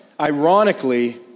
Ironically